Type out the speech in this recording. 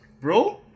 bro